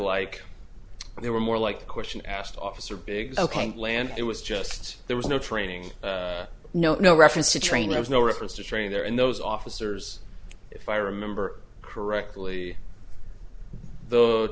like they were more like the question asked officer big land it was just there was no training no no reference to training i was no reference to train there and those officers if i remember correctly the